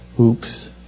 Oops